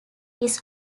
his